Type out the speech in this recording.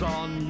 on